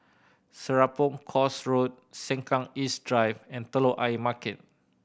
Serapong Course Road Sengkang East Drive and Telok Ayer Market